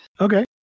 Okay